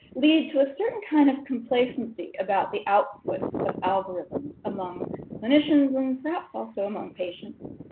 lead to a certain kind of complacency about the outputs of algorithms among clinicians and perhaps also among patients.